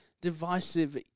divisive